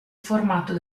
formato